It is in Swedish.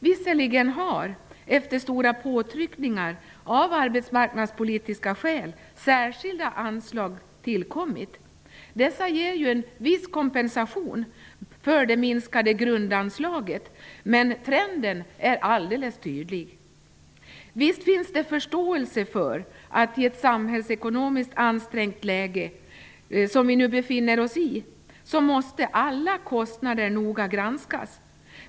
Visserligen har, efter stora påtryckningar, av arbetsmarknadspolitiska skäl särskilda anslag tillkommit. Dessa ger en viss kompensation för det minskade grundanslaget, men trenden är alldeles tydlig. Visst finns det förståelse för att, i det samhällsekonomiskt ansträngda läge som vi nu befinner oss i, alla kostnader noga måste granskas.